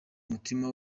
umutima